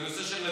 בנושא של נתיב.